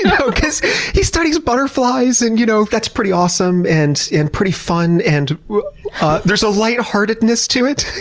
you know because he studies butterflies, and you know that's pretty awesome and and pretty fun, and here's a lightheartedness to it.